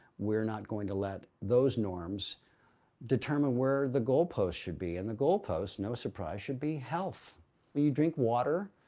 we're not going to let those norms determine where the goalposts should be and the goalposts, no surprise, should be health. when you drink water,